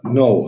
no